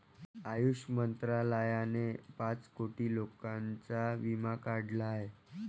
आयुष मंत्रालयाने पाच कोटी लोकांचा विमा काढला आहे